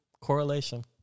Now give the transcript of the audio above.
Correlation